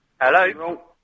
Hello